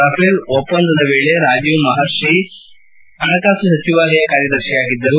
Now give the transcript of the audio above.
Rafale ಒಪ್ಪಂದ ವೇಳೆ ರಾಜೀವ್ ಮಪರ್ಷಿ ಪಣಕಾಸು ಸಚಿವಾಲಯ ಕಾರ್ಯದರ್ಶಿಯಾಗಿದ್ದರು